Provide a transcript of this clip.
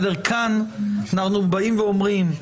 כאן אנחנו אומרים: